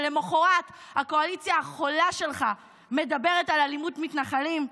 ולמוחרת הקואליציה החולה שלך מדברת על אלימות מתנחלים?